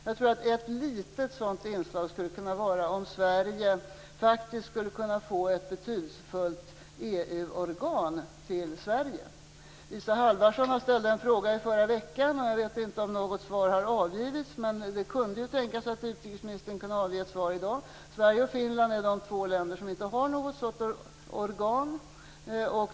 Jag tror att ett litet inslag i detta skulle kunna vara att vi fick ett betydelsefullt EU-organ till Sverige. Isa Halvarsson ställde en fråga om detta i förra veckan. Jag vet inte om något svar har avgivits, men det kunde ju tänkas att utrikesministern kan ge ett svar i dag. Sverige och Finland är de två länder som inte har något sådant organ.